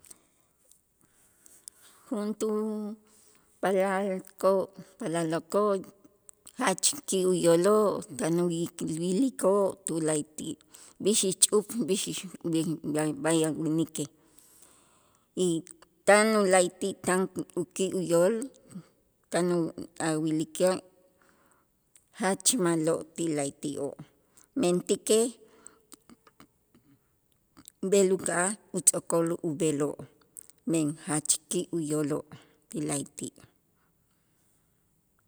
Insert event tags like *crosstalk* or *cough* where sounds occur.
Juntuu paalal ikoo' palalokoo' jach ki' uyooloo' tan uyi wilikoo' tu la'ayti' b'ix ixch'up b'ix ix *unintelligible* b'ay a' winikej y tan u la'ayti' tan u- uki' uyool tan u awilikej jach ma'lo' ti la'ayti'oo', mentäkej *noise* b'el uka'aj utz'o'kol ub'eloo', men jach ki' uyooloo' ti la'ayti'.